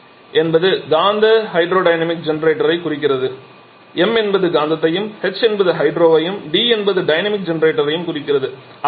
MHD என்பது காந்த hydrodynamic ஜெனரேட்டரைக் குறிக்கிறது M என்பது காந்தத்தையும் H என்பது ஹைட்ரோவையும் D என்பது டைனமிக் ஜெனரேட்டரையும் குறிக்கிறது